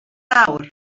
awr